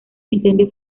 incendios